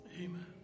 Amen